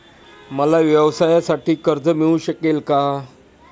मला व्यवसायासाठी कर्ज मिळू शकेल का?